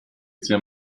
zia